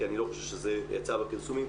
כי אני לא חושב שזה יצא בפרסומים.